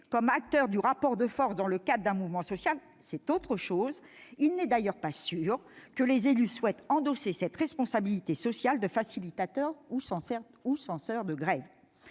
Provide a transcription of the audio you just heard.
des acteurs du rapport de force qui s'établit dans le cadre d'un mouvement social, c'est autre chose. Il n'est d'ailleurs pas certain que les élus souhaitent endosser cette responsabilité sociale de facilitateur ou de censeur de grève.